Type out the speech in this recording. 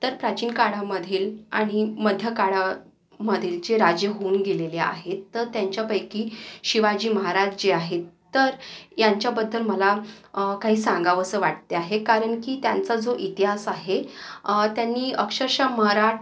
तर प्राचीन काढामधील आणि मध्य काळामधील जे राजे होऊन गेलेले आहेत तर त्यांच्यापैकी शिवाजी महाराज जे आहेत तर यांच्याबद्दल मला काही सांगावंस वाटते आहे कारण की त्यांचा जो इतिहास आहे त्यांनी अक्षरशः मरा